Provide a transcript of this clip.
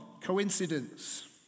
coincidence